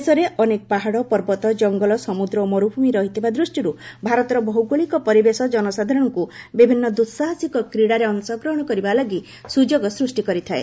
ଦେଶରେ ଅନେକ ପାହାଡ଼ ପର୍ବତ ଜଙ୍ଗଲ ସମୁଦ୍ର ଓ ମରୁଭୂମି ରହିଥିବା ଦୃଷ୍ଟିରୁ ଭାରତର ଭୌଗୋଳିକ ପରିବେଶ ଜନସାଧାରଣଙ୍କୁ ବିଭିନ୍ନ ଦୁଃସାହସିକ କ୍ରୀଡ଼ାରେ ଅଂଶଗ୍ରହଣ କରିବା ଲାଗି ସୁଯୋଗ ସୃଷ୍ଟି କରିଥାଏ